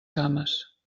cames